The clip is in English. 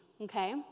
okay